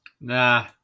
Nah